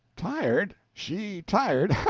tired? she tired!